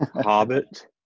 Hobbit